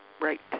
Right